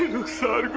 ruksaar